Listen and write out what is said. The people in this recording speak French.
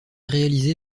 réalisé